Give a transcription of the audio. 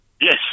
Yes